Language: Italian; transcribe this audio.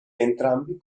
entrambi